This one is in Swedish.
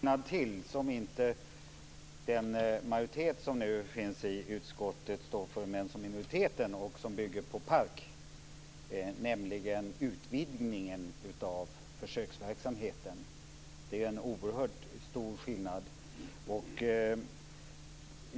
Fru talman! Jo, det finns en skillnad till som inte majoriteten i utskottet står för utan bara minoriteten och som bygger på PARK, nämligen utvidgningen av försöksverksamheten. Det är ju en oerhört stor skillnad.